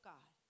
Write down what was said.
God